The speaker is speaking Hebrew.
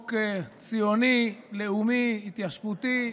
חוק ציוני, לאומי, התיישבותי,